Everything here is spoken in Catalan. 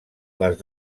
les